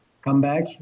comeback